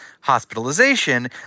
hospitalization